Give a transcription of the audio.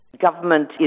Government